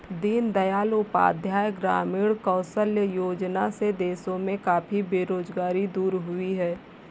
दीन दयाल उपाध्याय ग्रामीण कौशल्य योजना से देश में काफी बेरोजगारी दूर हुई है